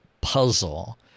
puzzle